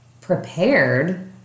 prepared